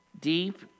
deep